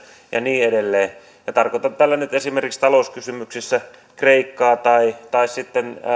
ja niin edelleen tarkoitan tällä nyt esimerkiksi talouskysymyksissä kreikkaa tai tai sitten